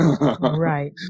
Right